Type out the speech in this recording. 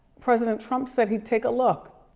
president trump said he'd take a look.